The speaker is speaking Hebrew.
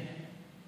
כן.